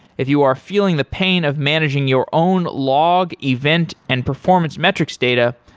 if you are feeling the pain of managing your own log, event and performance metrics data,